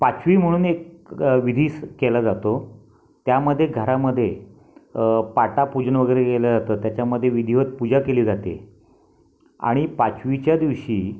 पाचवी म्हणून एक विधीस केला जातो त्यामध्ये घरामध्ये पाटापूजन वगैरे केलं जातं त्याच्यामध्ये विधिवत पूजा केली जाते आणि पाचवीच्या दिवशी